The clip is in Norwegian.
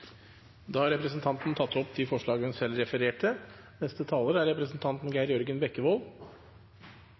da tatt opp de forslagene hun refererte til. Legevakttjenesten er